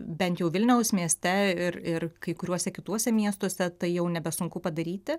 bent jau vilniaus mieste ir ir kai kuriuose kituose miestuose tai jau nebesunku padaryti